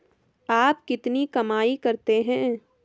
आप कितनी कमाई करते हैं?